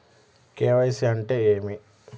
KYC అంటే ఏమి?